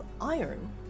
iron